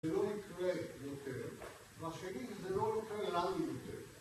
זה לא יקרה יותר, והשני זה לא יקרה לנו יותר